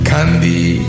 Candy